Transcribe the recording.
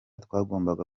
twagombaga